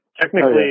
technically